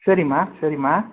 சரிம்மா சரிம்மா